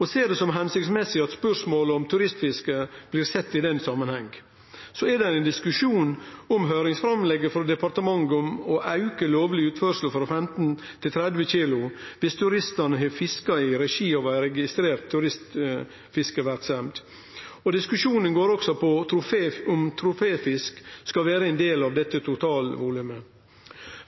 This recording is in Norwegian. og ser det som hensiktsmessig at spørsmål om turistfisket blir sett i den samanhengen. Så er det ein diskusjon om høyringsframlegget frå departementet om å auke lovleg utførsel frå 15 til 30 kilo viss turistane har fiska i regi av ei registrert turistfiskeverksemd. Diskusjonen går også på om troféfisk skal vere ein del av dette totalvolumet.